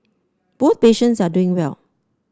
both patients are doing well